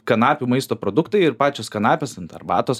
kanapių maisto produktai ir pačios kanapės ant arbatos